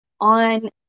on